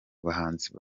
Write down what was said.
bahanzi